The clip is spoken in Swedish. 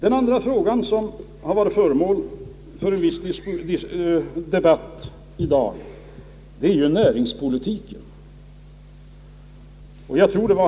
En annan fråga som har varit föremål för en viss debatt i dag är näringspolitiken.